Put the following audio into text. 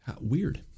Weird